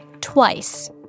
twice